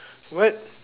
what